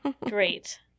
Great